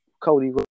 Cody